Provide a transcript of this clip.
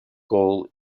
goal